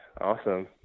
Awesome